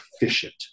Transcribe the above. efficient